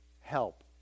help